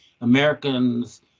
Americans